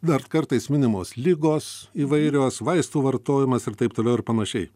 dar kartais minimos ligos įvairios vaistų vartojimas ir taip toliau ir panašiai